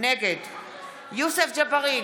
נגד יוסף ג'בארין,